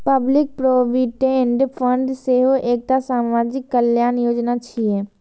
public provident fund सेहो एकटा सामाजिक कल्याण योजना छियै